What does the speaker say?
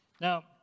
Now